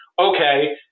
okay